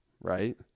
Right